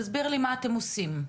תסביר לי מה אתם עושים.